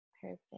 Perfect